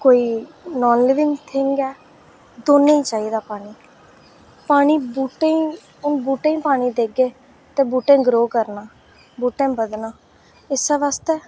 कोई non living thing ऐ दौनें गी चाहिदा पानी पानी बूह्टें गी हून बूह्टें गी पानी देगे ते बूह्टें ग्रो करना ते बूह्टें बधना इस्सै आस्तै